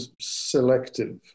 selective